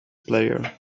player